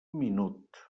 minut